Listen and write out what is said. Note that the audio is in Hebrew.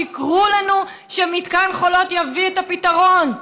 שיקרו לנו שמתקן חולות יביא את הפתרון.